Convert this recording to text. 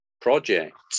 project